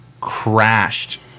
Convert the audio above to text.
crashed